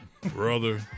Brother